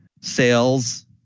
sales